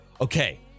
Okay